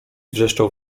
wrzeszczał